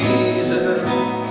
Jesus